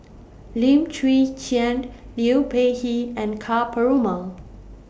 Lim Chwee Chian Liu Peihe and Ka Perumal